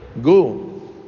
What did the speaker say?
go